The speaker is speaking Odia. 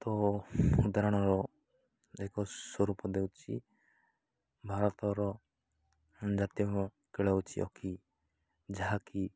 ତ ଉଦାହରଣର ଏକ ସ୍ୱରୂପ ଦେଉଛି ଭାରତର ଜାତୀୟ କ୍ରୀଡ଼ା ହଉଛି ହକି ଯାହାକି